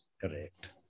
Correct